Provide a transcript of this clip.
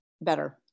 better